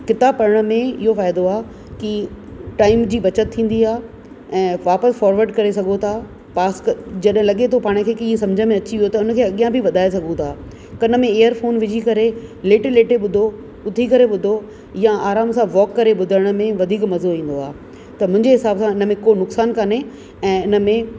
किताब पढ़ण में इहो फ़ाइदो आहे की टाइम जी बचत थींदी आहे ऐं वापिसि फ़ोरवर्ड करे सघो था पास क जॾहिं लॻे थो पाण खे की हीअ सम्झ में अची वियो त उनखे अॻियां बि वधाए सघूं था कन में ईयर फ़ोन विझी करे लेटे लेटे ॿुधो उथी करे ॿुधो या आराम सां वॉक करे ॿुधण में वधीक मज़ो ईंदो आहे त मुंहिंजे हिसाब सां इनमें को नुकसानु कोन्हे ऐं इनमें